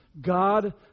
God